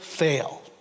fail